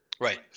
Right